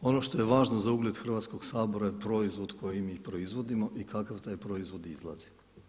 Ono što je važno za ugled Hrvatskog sabora je proizvod koji mi proizvodimo i kakav taj proizvod izlazi.